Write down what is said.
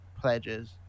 pledges